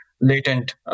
latent